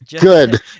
good